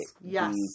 Yes